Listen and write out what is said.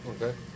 Okay